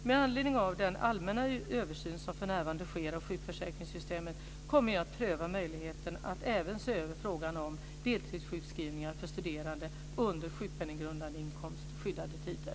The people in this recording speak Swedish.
Med anledning av den allmänna översyn som för närvarande sker av sjukförsäkringssystemet kommer jag att pröva möjligheten att även se över frågan om deltidssjukskrivningar för studerande under SGI-skyddade tider.